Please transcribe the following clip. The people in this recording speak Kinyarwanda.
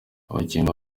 abakinnyi